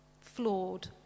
flawed